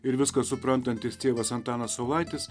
ir viską suprantantis tėvas antanas saulaitis